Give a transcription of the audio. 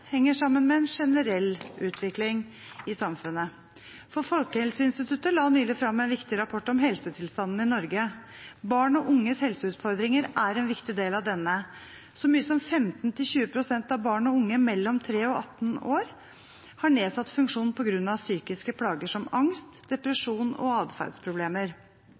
henger sammen med en generell utvikling i samfunnet. Folkehelseinstituttet la nylig fram en viktig rapport om helsetilstanden i Norge. Barn og unges helseutfordringer er en viktig del av denne. Så mye som 15–20 pst. av barn og unge mellom 3 og 18 år har nedsatt funksjon på grunn av psykiske plager som angst, depresjon og atferdsproblemer.